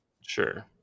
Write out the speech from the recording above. Sure